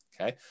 okay